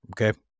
Okay